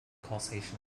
causation